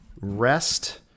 rest